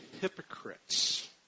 hypocrites